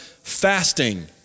fasting